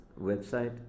website